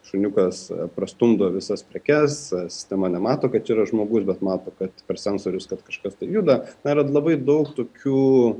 šuniukas prastumdo visas prekes sistema nemato kad yra žmogus bet mato kad per sensorius kad kažkas tai juda darant labai daug tokių